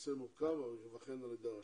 הנושא מורכב אבל ייבחן על ידי הרשות.